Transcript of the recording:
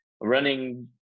running